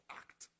act